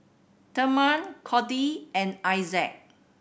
Thurman Codi and Issac